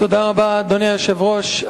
אדוני היושב-ראש,